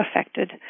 affected